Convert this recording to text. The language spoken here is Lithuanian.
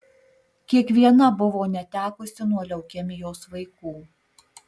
kiekviena buvo netekusi nuo leukemijos vaikų